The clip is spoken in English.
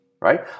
right